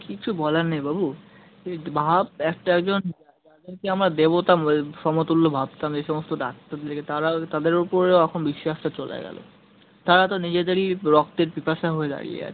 কিচ্ছু বলার নেই বাবু তুই ভাব একটা একজন যা যাদেরকে আমরা দেবতা সমতুল্য ভাবতাম যে সমস্ত ডাক্তারগুলিকে তারা তাদের ওপরেও এখন বিশ্বাসটা চলে গেল তারা তো নিজেদেরই রক্তের পিপাসা হয়ে দাঁড়িয়ে আছে